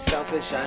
Selfish